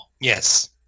Yes